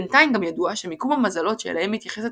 בינתיים גם ידוע שמיקום המזלות שאליהם מתייחסת